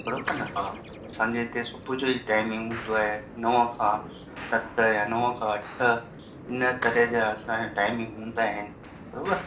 बरोबरु न हा असांजे हिते सुबुह जो ई टाईमिंग हूंदो आहे नव खां सत या नव खां अठ हिन तरह जा असांजा टाईमिंग हूंदा आहिनि बरोबरु